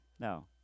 No